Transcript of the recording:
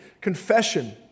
Confession